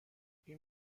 این